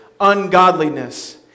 ungodliness